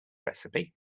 recipe